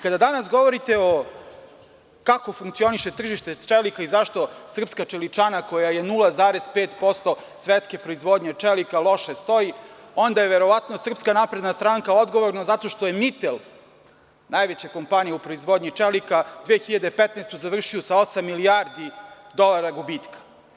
Kada danas govorite kako funkcioniše tržište čelika i zašto srpska čeličana, koja je 0,5% svetske proizvodnje čelika, loše stoji, onda je verovatno SNS odgovorna zato što je „Mitel“, najveća kompanija u proizvodnji čelika, 2015. godinu završio sa osam milijardi dolara gubitka.